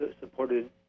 supported